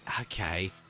okay